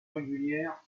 régulière